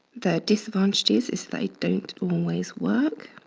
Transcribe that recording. the disadvantages is they don't always work.